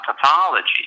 pathology